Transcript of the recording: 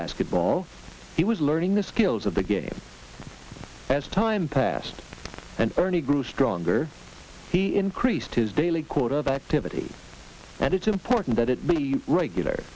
basketball he was learning the skills of the game as time passed and ernie grew stronger he increased his daily quota of activity and it's important that it be regular